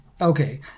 Okay